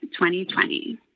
2020